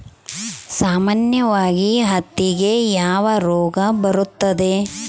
ಸಾಮಾನ್ಯವಾಗಿ ಹತ್ತಿಗೆ ಯಾವ ರೋಗ ಬರುತ್ತದೆ?